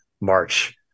march